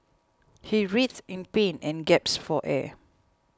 he writhed in pain and gasped for air